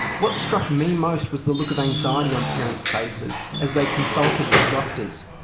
what struck me most was the look of anxiety on parents' faces as they consulted with doctors.